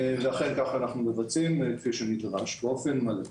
ואכן כך אנחנו מבצעים, כפי שנדרש, באופן מלא.